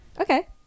okay